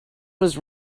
was